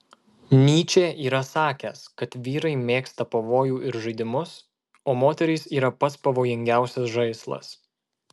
nyčė yra sakęs kad vyrai mėgsta pavojų ir žaidimus o moterys yra pats pavojingiausias žaislas